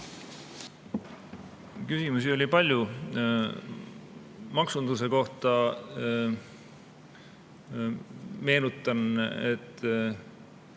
Küsimusi oli palju. Maksunduse kohta meenutan, et